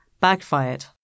backfired